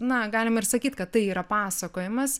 na galima ir sakyt kad tai yra pasakojimas